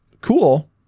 cool